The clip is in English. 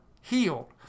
healed